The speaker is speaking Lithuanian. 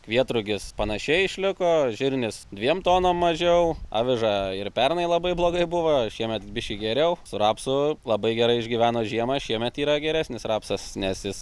kvietrugis panašiai išliko žirnis dviem tonom mažiau aviža ir pernai labai blogai buvo šiemet biškį geriau su rapsu labai gerai išgyveno žiemą šiemet yra geresnis rapsas nes jis